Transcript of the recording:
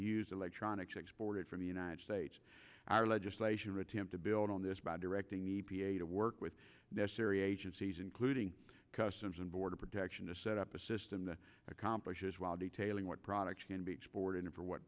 used electronics exported from the united states our legislation or attempt to build on this by directing e p a to work with necessary agencies including customs and border protection to set up a system that accomplishes while detailing what products can be exported and for what